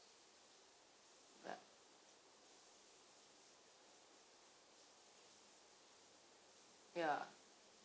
ya ya